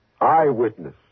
Eyewitness